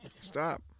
stop